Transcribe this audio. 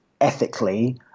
ethically